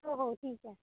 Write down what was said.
हो हो ठीक आहे